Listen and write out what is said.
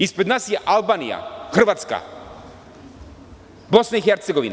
Ispred nas su Albanija, Hrvatska, BiH.